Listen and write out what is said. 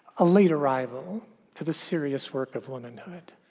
a late arrival to the serious work of womanhood,